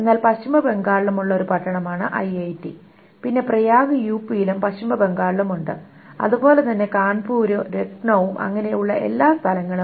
എന്നാൽ പശ്ചിമ ബംഗാളിലും ഉള്ള ഒരു പട്ടണമാണ് ഐഐടി പിന്നെ പ്രയാഗ് യുപിയിലും പശ്ചിമ ബംഗാളിലും ഉണ്ട് അതുപോലെ തന്നെ കാൺപൂരും ലക്നൌവും അങ്ങനെ ഉള്ള എല്ലാ സ്ഥലങ്ങളും